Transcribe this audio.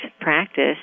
practice